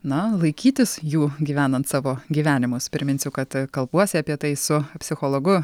na laikytis jų gyvenant savo gyvenimus priminsiu kad kalbuosi apie tai su psichologu